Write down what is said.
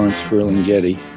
ferlinghetti,